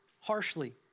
harshly